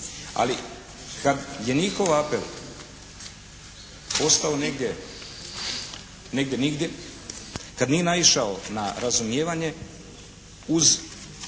Ali kad je njihov apel ostao negdje nigdje, kad nije naišao na razumijevanje uz,